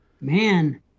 Man